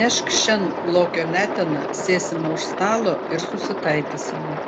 nešk šen lokio leteną sėsime už stalo ir susitaikysime